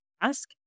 ask